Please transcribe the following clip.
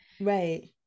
right